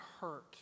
hurt